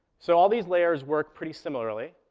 so all these layers work pretty similarly.